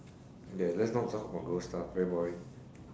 okay let's not talk about ghost stuff very boring